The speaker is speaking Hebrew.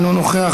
אינו נוכח,